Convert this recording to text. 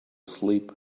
sleep